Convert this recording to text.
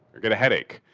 or get a headache.